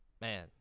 man